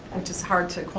which is hard to